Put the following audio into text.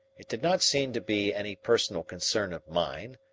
it did not seem to be any personal concern of mine.